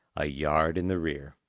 a yard in the rear.